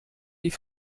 die